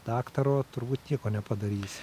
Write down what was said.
daktaro turbūt nieko nepadarysi